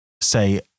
say